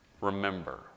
remember